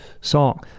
song